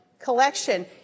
collection